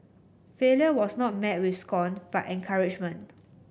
failure was not met with scorn but encouragement